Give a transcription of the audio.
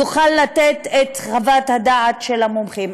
יוכל לתת את חוות הדעת של המומחים,